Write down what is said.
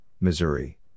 Missouri